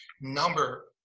number